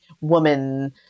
woman-